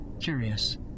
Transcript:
curious